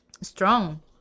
strong